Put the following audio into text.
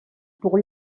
pour